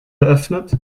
geöffnet